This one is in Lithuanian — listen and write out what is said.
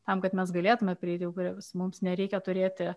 tam kad mes galėtume prieiti prie upės mums nereikia turėti